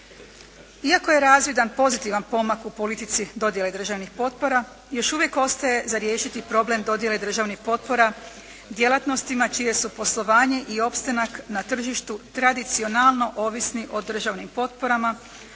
Iako je razvidan pozitivan pomak u politici dodjele državnih potpora još uvijek ostaje za riješiti problem dodjele državnih potpora djelatnostima čije su poslovanje i opstanak na tržištu tradicionalno ovisni o državnim potporama